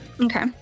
okay